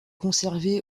conservée